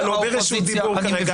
אתה לא ברשות דיבור כרגע.